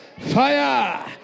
fire